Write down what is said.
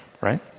right